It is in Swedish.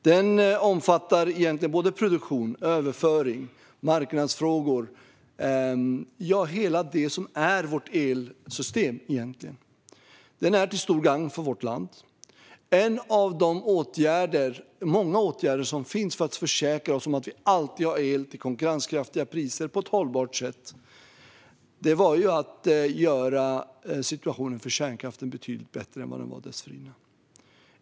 Den omfattar produktion, överföring och marknadsfrågor, ja, allt det som är vårt elsystem. Den är till stort gagn för vårt land. En av de många åtgärder vi vidtog för att försäkra oss om att alltid ha hållbar el till konkurrenskraftiga priser var att göra situationen för kärnkraften betydligt bättre än den var innan.